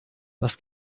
was